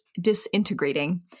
disintegrating